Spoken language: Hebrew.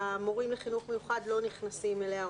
המורים לחינוך מיוחד לא נכנסים אליה,